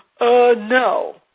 no